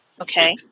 Okay